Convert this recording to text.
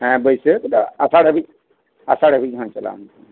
ᱦᱮᱸ ᱵᱟᱹᱭᱥᱟᱹᱠᱷ ᱫᱚ ᱟᱥᱟᱲ ᱦᱟᱹᱵᱤᱡ ᱟᱥᱟᱲ ᱦᱟᱹᱵᱤᱡ ᱪᱟᱞᱟᱣ ᱮᱱᱟ